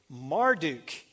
Marduk